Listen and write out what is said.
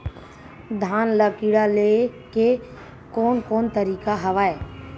धान ल कीड़ा ले के कोन कोन तरीका हवय?